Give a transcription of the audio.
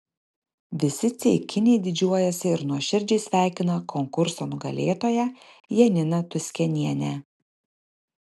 visi ceikiniai didžiuojasi ir nuoširdžiai sveikina konkurso nugalėtoją janiną tuskenienę